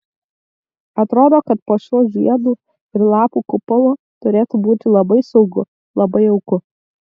atrodo kad po šiuo žiedų ir lapų kupolu turėtų būti labai saugu labai jauku